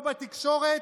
לא בתקשורת,